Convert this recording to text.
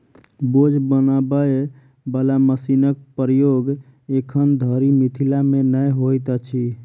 बोझ बनबय बला मशीनक प्रयोग एखन धरि मिथिला मे नै होइत अछि